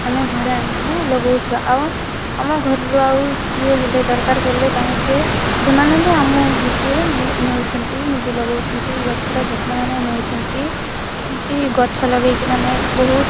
ଆମେ ଘରେ ଆଣିକିନା ଲଗଉଛୁ ଆଉ ଆମ ଘରରୁ ଆଉ କିଏ ହେଲେ ଦରକାର କଲେ ତାଙ୍କେ ସେମାନେ ବି ଆମ ଘରରୁ ନେଉଛନ୍ତି ନିଜେ ଲଗଉଛନ୍ତି ଗଛର ଯତ୍ନମାନ ନେଉଛନ୍ତି ଏମିତି ଗଛ ଲଗେଇକିନା ଆମେ ବହୁତ